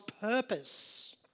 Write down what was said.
purpose